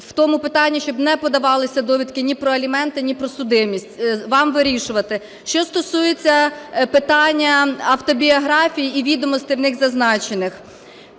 в тому питанні, щоб не подавалися довідки ні про аліменти, ні про судимість, вам вирішувати. Що стосується питання автобіографій і відомостей, в них зазначених.